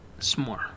s'more